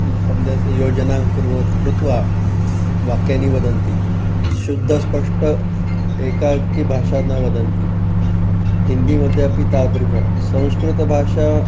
शब्दस्य योजनां कुर्व कृत्वा वाक्यानि वदन्ति शुद्धा स्पष्टा एकाकी भाषा न वदन्ति हिन्दीमध्ये अपि तादृशी संस्कृतभाषा